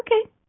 okay